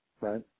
Right